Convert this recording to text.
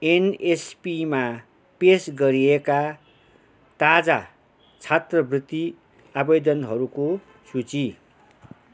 एनएसपीमा पेस गरिएका ताजा छात्रवृत्ति आवेदनहरूको सूची